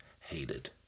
hated